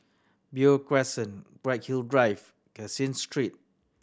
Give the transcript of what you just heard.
Beo Crescent Bright Hill Drive Caseen Street